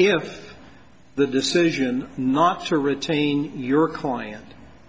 if the decision not to retain your client